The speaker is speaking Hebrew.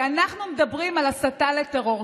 כי אנחנו מדברים על הסתה לטרור.